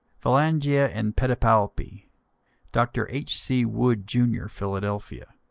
phalangia and pedipalpi dr. h c. wood, jr, philadelphia.